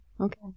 Okay